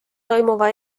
toimuva